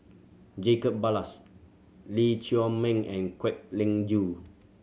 Jacob Ballas Lee Chiaw Meng and Kwek Leng Joo